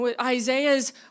Isaiah's